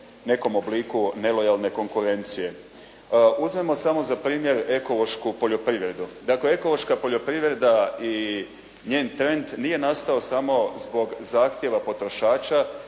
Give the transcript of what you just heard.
nekom obliku nelojalne konkurencije. Uzmimo samo za primjer ekološku poljoprivredu. Dakle, ekološka poljoprivreda i njen trend nije nastao samo zbog zahtjeva potrošača